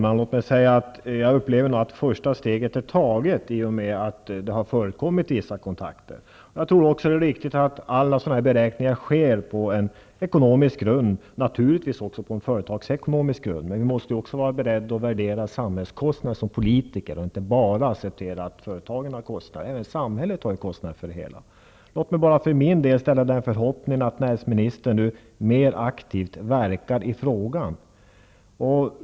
Herr talman! Jag upplever nog att första steget är taget i och med att det har förekommit vissa kontakter. Jag tror också att det är riktigt att alla sådana här beräkningar sker på ekonomisk grund och naturligtvis också på företagsekonomisk grund. Men vi måste ju också som politiker vara beredda att värdera samhällskostnaderna och inte bara acceptera att företagen kostar. Även samhället har ju kostnader för det hela. Låt mig bara hoppas att näringsministern verkar mer aktivt i frågan nu.